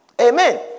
Amen